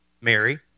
Mary